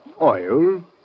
Oil